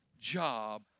job